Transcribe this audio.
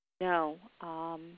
No